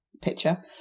picture